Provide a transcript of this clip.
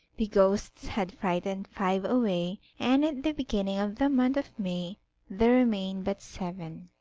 the ghosts had frightened five away, and at the beginning of the month of may there remained but seven.